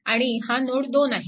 आणि हा नोड 2 आहे